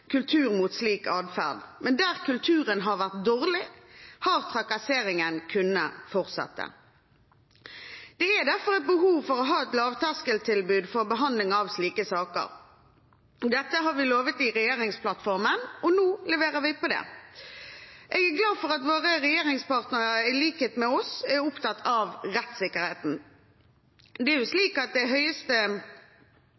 kultur mot slik adferd. Men der kulturen har vært dårlig, har trakasseringen kunnet fortsette. Det er derfor behov for å ha et lavterskeltilbud for behandling av slike saker. Dette har vi lovet i regjeringsplattformen, og nå leverer vi på det. Jeg er glad for at våre regjeringspartnere, i likhet med oss, er opptatt av rettssikkerheten. Det er